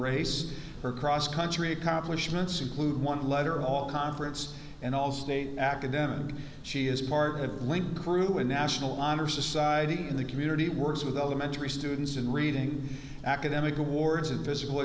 race her cross country accomplishments include one letter all conference and all state academic she is part of the crew of national honor society in the community works with elementary students in reading academic awards in physical